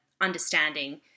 understanding